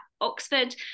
Oxford